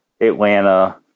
Atlanta